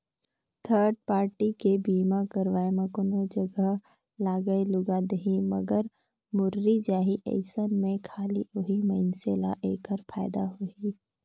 third party के बीमा करवाब म कोनो जघा लागय लूगा देही, मर मुर्री जाही अइसन में खाली ओही मइनसे ल ऐखर फायदा होही